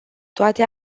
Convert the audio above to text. toate